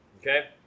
okay